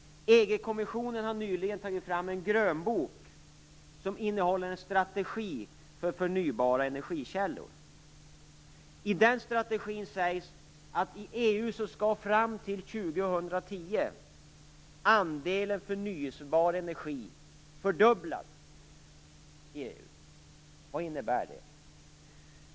EG kommissionen har nyligen tagit fram en grönbok som innehåller en strategi för förnybara energikällor. I den strategin sägs att fram till 2010 skall andelen förnybar energi fördubblas i EU. Vad innebär det?